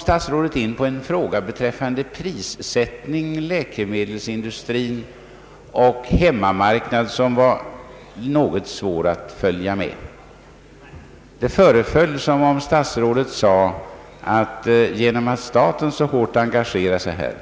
Statsrådet hade en argumentering beträffande prissättningen, läkemedelsindustrin och hemmamarknaden, som var något svår att följa. Det föreföll som om statsrådet sade att genom att staten så hårt engagerar sig här,